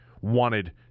wanted